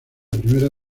primera